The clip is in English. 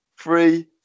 Three